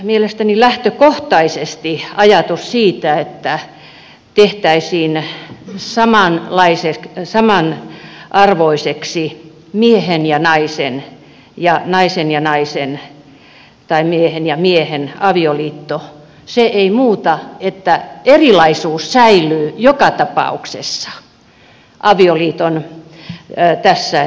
mielestäni lähtökohtaisesti ajatus siitä että tehtäisiin samanarvoiseksi miehen ja naisen naisen ja naisen tai miehen ja miehen avioliitto ei muuta sitä että erilaisuus säilyy joka tapauksessa tässä kohden